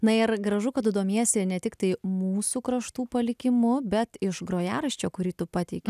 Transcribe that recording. na ir gražu kad tu domiesi ne tiktai mūsų kraštų palikimu bet iš grojaraščio kurį tu pateikei